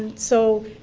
and so,